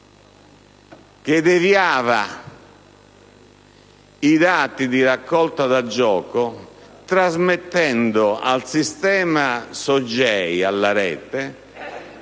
che deviava i dati di raccolta da gioco, trasmettendo al sistema SOGEI (alla rete)